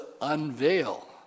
unveil